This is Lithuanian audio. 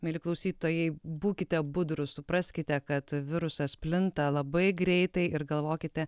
mieli klausytojai būkite budrūs supraskite kad virusas plinta labai greitai ir galvokite